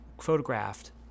photographed